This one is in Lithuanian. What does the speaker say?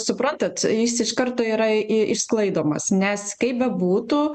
suprantat jis iš karto yra i išsklaidomas nes kaip bebūtų